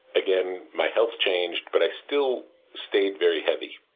again, my health changed, but i still stayed very heavy.